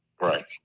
Right